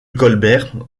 colbert